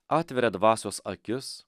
atveria dvasios akis